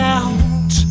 out